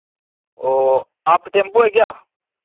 वह आपका टेम्पो है क्या